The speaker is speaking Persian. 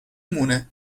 مونه